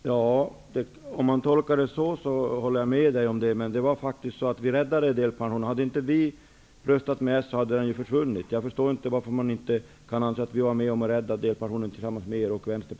Herr talman! Om detta tolkas så, kan jag hålla med Doris Håvik. Men vi räddade faktiskt delpensionen. Om vi inte hade röstat med Socialdemokraterna, hade delpensionen försvunnit. Jag förstår därför inte varför man inte kan anse att vi tillsammans med